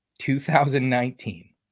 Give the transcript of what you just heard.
2019